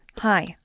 Hi